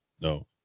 No